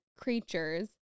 creatures